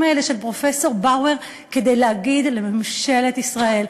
האלה של פרופסור באואר כדי להגיד לממשלת ישראל: